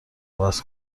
عوض